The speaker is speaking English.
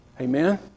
Amen